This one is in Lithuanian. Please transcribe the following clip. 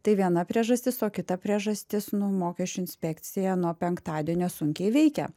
tai viena priežastis o kita priežastis nu mokesčių inspekcija nuo penktadienio sunkiai veikia